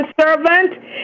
servant